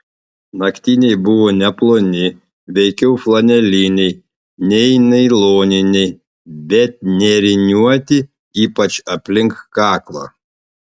naktiniai buvo neploni veikiau flaneliniai nei nailoniniai bet nėriniuoti ypač aplink kaklą